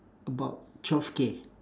about twelve K